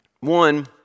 One